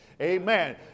Amen